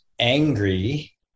angry